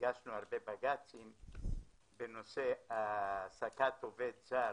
הגשנו הרבה בג"צים בנושא העסקת עובד זר